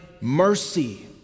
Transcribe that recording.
mercy